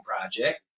Project